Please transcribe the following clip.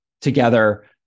together